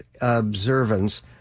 observance